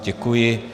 Děkuji.